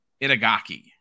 Itagaki